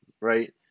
right